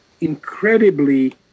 incredibly